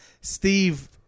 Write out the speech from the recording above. Steve